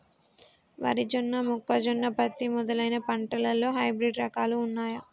వరి జొన్న మొక్కజొన్న పత్తి మొదలైన పంటలలో హైబ్రిడ్ రకాలు ఉన్నయా?